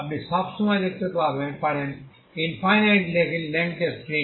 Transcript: আপনি সব সময় দেখতে পারেন ইনফাইনাইট লেংথের স্ট্রিং